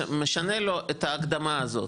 משנה לו ההקדמה הזאת,